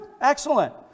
excellent